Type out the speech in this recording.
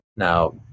Now